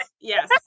Yes